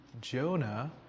Jonah